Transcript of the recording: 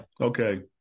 Okay